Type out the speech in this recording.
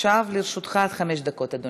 עכשיו לרשותך עד חמש דקות, אדוני.